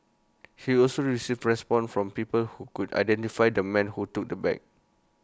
he also received responses from people who could identify the man who took the bag